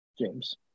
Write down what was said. James